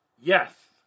Yes